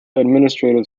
administrative